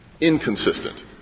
Inconsistent